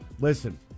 Listen